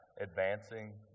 advancing